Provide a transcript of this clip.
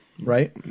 right